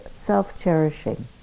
self-cherishing